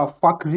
fuck